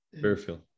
fairfield